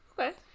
Okay